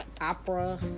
opera